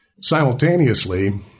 Simultaneously